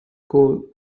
coal